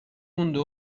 مونده